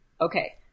Okay